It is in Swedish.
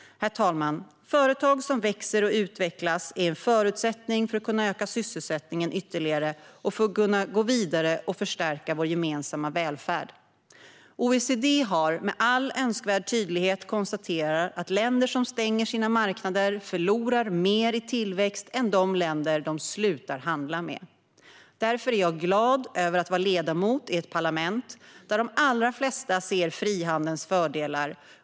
Herr talman! Företag som växer och utvecklas är en förutsättning för att kunna öka sysselsättningen ytterligare och för att kunna gå vidare och förstärka vår gemensamma välfärd. OECD har med all önskvärd tydlighet konstaterat att länder som stänger sina marknader förlorar mer i tillväxt än de länder som de slutar att handla med. Jag är därför glad över att vara ledamot i ett parlament där de allra flesta ser frihandelns fördelar.